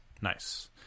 Nice